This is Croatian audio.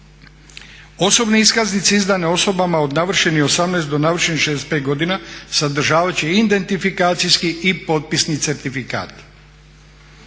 Osobne iskaznice izdane osobama od navršenih 18 do navršenih 65 godina sadržavat će i identifikacijski i potpisni certifikat.